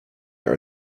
are